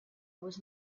was